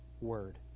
word